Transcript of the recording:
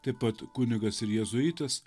taip pat kunigas ir jėzuitas